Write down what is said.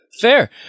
Fair